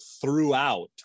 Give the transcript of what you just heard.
throughout